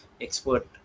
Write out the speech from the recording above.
expert